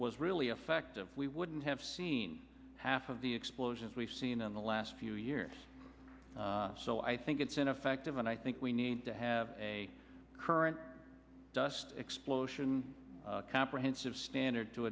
was really effective we wouldn't have seen half of the explosions we've seen in the last few years so i think it's ineffective and i think we need to have a current dust explosion comprehensive standard to